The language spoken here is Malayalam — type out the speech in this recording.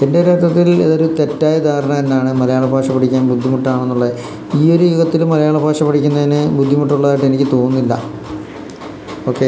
എൻ്റെ ഒരു അർത്ഥത്തിൽ ഇതൊരു തെറ്റായ ധാരണ തന്നാണ് മലയാള ഭാഷ പഠിക്കാൻ ബുദ്ധിമുട്ടാണെന്നുള്ളത് ഈ ഒരു യുഗത്തിൽ മലയാള ഭാഷ പഠിക്കുന്നതിന് ബുദ്ധിമുട്ടുള്ളതായിട്ട് എനിക്ക് തോന്നുന്നില്ല ഓക്കേ